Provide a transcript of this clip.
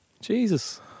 Jesus